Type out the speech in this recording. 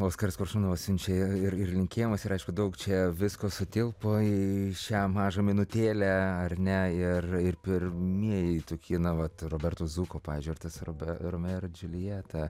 oskaras koršunovas siunčia ir ir linkėjimus ir aišku daug čia visko sutilpo į šią mažą minutėlę ar ne ir ir pirmieji tokie vat roberto zuko pavyzdžiui ar tas robe romeo ir džiuljeta